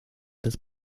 des